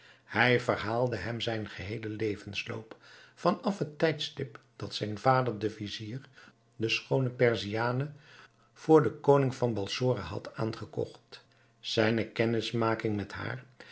hij verhaalde hem zijn geheelen levensloop van af het tijdstip dat zijn vader de vizier de schoone perziane voor den koning van balsora had aangekocht zijne kennismaking met haar